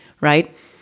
right